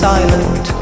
Silent